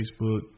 Facebook